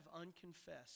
unconfessed